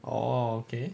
oh okay